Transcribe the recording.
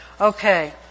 Okay